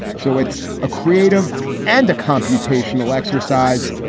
so it's a creative and a computational exercise.